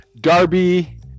Darby